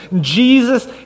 Jesus